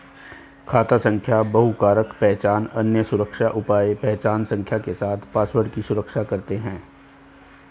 खाता संख्या बहुकारक पहचान, अन्य सुरक्षा उपाय पहचान संख्या के साथ पासवर्ड की सुरक्षा करते हैं